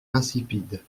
insipide